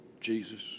Jesus